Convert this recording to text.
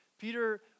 Peter